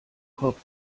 kopf